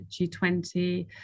G20